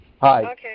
Hi